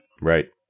Right